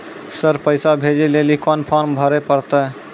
Sir पैसा भेजै लेली कोन फॉर्म भरे परतै?